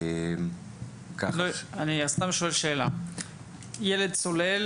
נניח שילד צולל